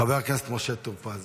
חבר הכנסת משה טור פז.